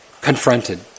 confronted